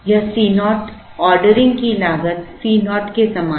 यह Cnaught ordering की लागत Cnaught के समान है